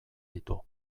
ditu